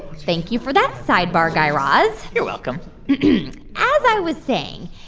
thank you for that sidebar, guy raz you're welcome as i was saying,